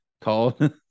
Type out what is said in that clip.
called